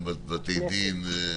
גם לבתי דין,